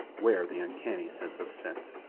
where the uncanny sense of scent?